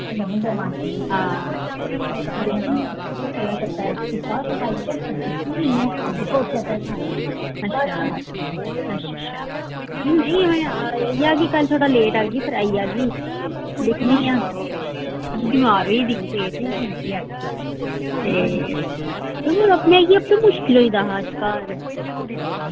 आं अच्छा अच्छा कल्ल आह्गी ते थोह्ड़ा लेट आह्गी ते कराई आह्गी ते बमार होई दी ही घर निहां केह् मुशकल होई दा हा घर